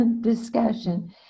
discussion